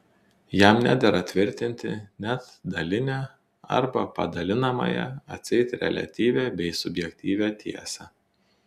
jam nedera tvirtinti net dalinę arba padalinamąją atseit reliatyvią bei subjektyvią tiesą